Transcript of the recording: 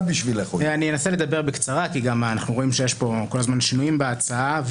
אני אנסה לדבר בקצרה כי גם אנחנו רואים שיש פה כל הזמן שינויים בהצעה.